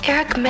Eric